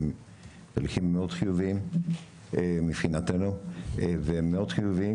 התהליכים האלו מאוד חיוביים מבחינתנו והם מאוד חיוביים